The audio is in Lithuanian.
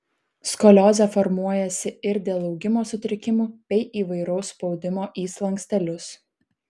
skoliozė formuojasi ir dėl augimo sutrikimų bei įvairaus spaudimo į slankstelius